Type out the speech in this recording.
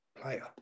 player